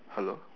hello